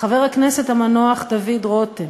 חבר הכנסת המנוח דוד רותם,